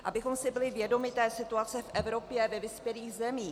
Abychom si byli vědomi té situace v Evropě ve vyspělých zemích.